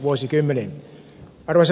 arvoisa puhemies